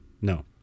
no